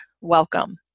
Welcome